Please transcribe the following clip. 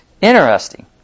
interesting